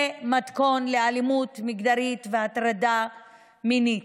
זה מתכון לאלימות מגדרית והטרדה מינית.